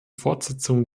fortsetzung